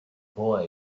boy